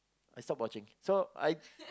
I stopped watching so I